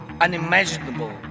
unimaginable